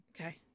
Okay